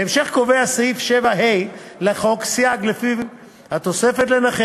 בהמשך קובע סעיף 7ה לחוק סייג שלפיו התוספת לנכה